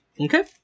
Okay